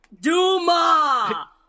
Duma